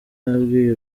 yabwiye